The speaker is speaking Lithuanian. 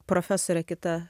profesore kita